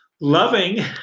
loving